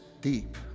deep